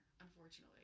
unfortunately